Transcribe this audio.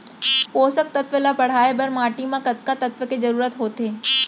पोसक तत्व ला बढ़ाये बर माटी म कतका तत्व के जरूरत होथे?